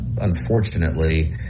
unfortunately